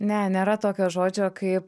ne nėra tokio žodžio kaip